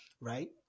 right